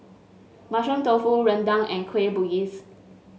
Mushroom Tofu rendang and Kueh Bugis